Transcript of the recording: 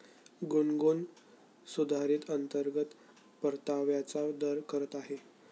गुनगुन सुधारित अंतर्गत परताव्याचा दर करत आहे